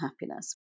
happiness